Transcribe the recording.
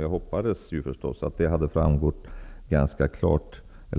Jag hoppades att det hade framgått